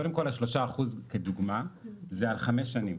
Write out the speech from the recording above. קודם כל ה-3% לדוגמא, זה על חמש שנים.